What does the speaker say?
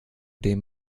den